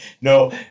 No